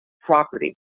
property